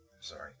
Sorry